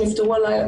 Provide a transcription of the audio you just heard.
שנפטרו הלילה.